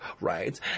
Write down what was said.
right